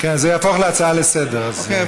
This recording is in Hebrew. זה יהפוך להצעה לסדר-היום.